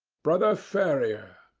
brother ferrier,